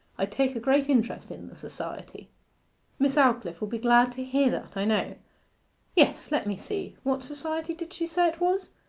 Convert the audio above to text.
i take a great interest in the society miss aldclyffe will be glad to hear that, i know yes let me see what society did she say it was?